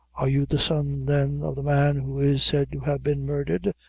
are you the son, then, of the man who is said to have been murdered?